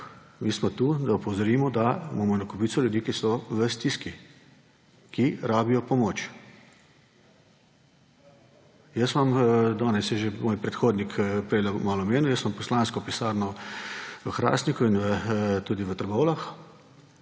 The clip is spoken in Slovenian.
mi smo tu, da opozorimo, da imamo eno kopico ljudi, ki so v stiski, ki rabijo pomoč. Danes je že moj predhodnik prejle malo omenil, jaz imam poslansko pisarno v Hrastniku in tudi v Trbovljah.